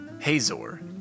Hazor